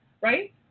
right